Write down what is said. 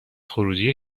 خروجی